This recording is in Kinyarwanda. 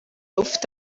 ufite